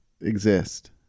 exist